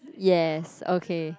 yes okay